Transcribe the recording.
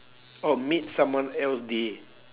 oh made someone else day